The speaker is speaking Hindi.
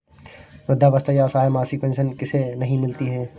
वृद्धावस्था या असहाय मासिक पेंशन किसे नहीं मिलती है?